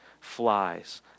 Flies